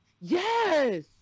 Yes